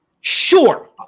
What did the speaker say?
Sure